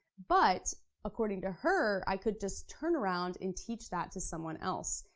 but according to her, i could just turn around and teach that to someone else,